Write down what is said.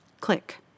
Click